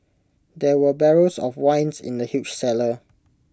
there were barrels of wines in the huge cellar